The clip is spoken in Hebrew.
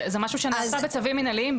זה משהו שנעשה בצווים מינהליים.